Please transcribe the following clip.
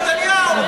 נתניהו.